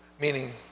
Meaning